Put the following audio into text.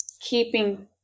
keeping